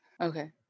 Okay